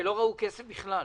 שלא ראו כסף בכלל,